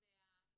וזה 13